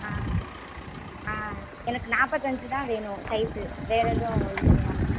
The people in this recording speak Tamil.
ஆ ஆ எனக்கு நாற்பத்தஞ்சி தான் வேணும் சைஸு வேற எதுவும் இது பண்ணிடாம